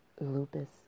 lupus